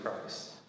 Christ